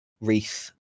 Wreath